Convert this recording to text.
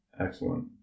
Excellent